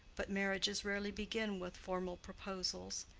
but marriages rarely begin with formal proposals,